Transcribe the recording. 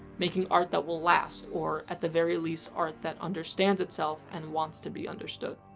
making art that will last or, at the very least, art that understands itself and wants to be understood.